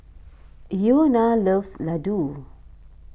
Iona loves Ladoo